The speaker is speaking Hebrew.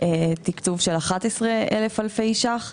תקצוב של 11,000 אלפי ש"ח.